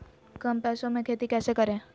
कम पैसों में खेती कैसे करें?